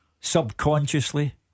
Subconsciously